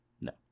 no